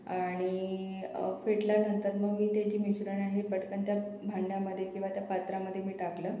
आणि फेटल्यानंतर मग मी ते जे मिश्रण आहे पटकन त्या भांडयामध्ये किंवा त्या पात्रामध्ये मी टाकलं